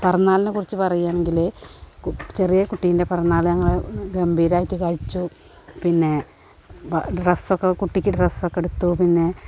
പറന്നാളിനെ കുറിച്ച് പറയാണെങ്കില് ചെറിയ കുട്ടീൻറ്റെ പിറന്നാള് ഞങ്ങള് ഗംഭീരമായിട്ട് കഴിച്ചു പിന്നെ ഡ്രെസ്സൊക്കെ കുട്ടിക്ക് ഡ്രസ്സൊക്കെ എടുത്തു പിന്നെ